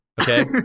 Okay